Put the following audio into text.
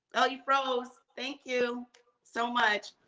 oh, you froze. thank you so much.